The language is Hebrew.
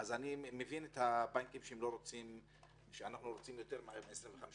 אני מבין את הבנקים שאנחנו רוצים מהם יותר מ-25%,